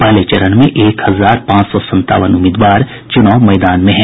पहले चरण में एक हजार पांच सौ संतावन उम्मीदवार चुनाव मैदान में हैं